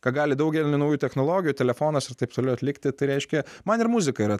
ką gali daugeli naujų technologijų telefonas ir taip toliau atlikti tai reiškia man ir muzika yra